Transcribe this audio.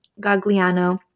Gagliano